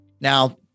Now